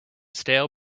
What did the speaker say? stale